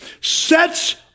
Sets